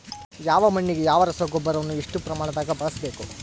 ಯಾವ ಮಣ್ಣಿಗೆ ಯಾವ ರಸಗೊಬ್ಬರವನ್ನು ಎಷ್ಟು ಪ್ರಮಾಣದಾಗ ಬಳಸ್ಬೇಕು?